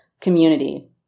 community